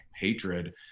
hatred